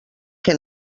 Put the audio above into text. que